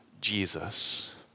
Jesus